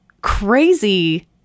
crazy